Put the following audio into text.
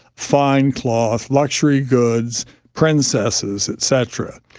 fine cloth, luxury goods, princesses et cetera.